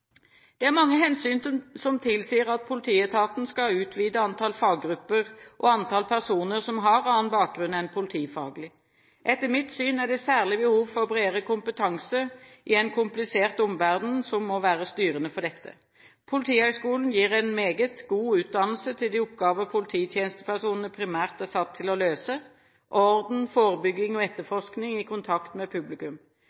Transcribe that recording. Det er mange hensyn som tilsier at politietaten skal utvide antall faggrupper og antall personer som har annen bakgrunn enn politifaglig. Etter mitt syn er det særlig behovet for bredere kompetanse i en komplisert omverden som må være styrende for dette. Politihøgskolen gir en meget god utdannelse til de oppgaver polititjenestepersonene primært er satt til å løse: orden, forebygging og